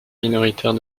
minoritaire